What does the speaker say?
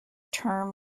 term